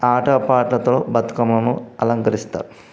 ఆట పాటతో బతుకమ్మను అలంకరిస్తారు